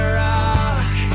rock